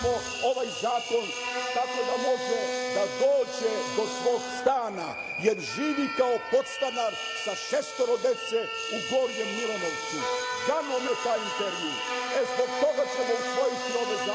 ovaj zakon, tako da može da dođe do svog stana, jer živi kao podstanar sa šestoro dece u Gornjem Milanovcu. Ganuo me taj intervju. Zbog toga ćemo usvojiti ove zakone. Kad